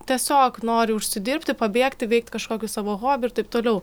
tiesiog nori užsidirbti pabėgti veikti kažkokį savo hobį ir taip toliau